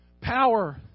power